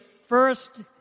first